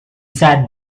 sat